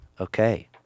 Okay